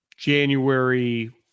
January